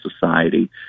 society